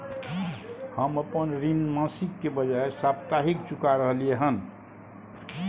हम अपन ऋण मासिक के बजाय साप्ताहिक चुका रहलियै हन